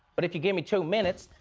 but if you give me two minutes.